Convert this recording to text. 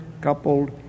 coupled